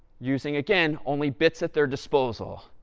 using, again, only bits at their disposal?